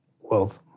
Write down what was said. wealth